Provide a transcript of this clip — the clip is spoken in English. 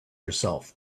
yourself